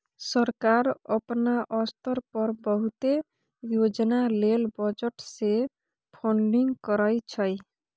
सरकार अपना स्तर पर बहुते योजना लेल बजट से फंडिंग करइ छइ